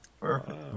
Perfect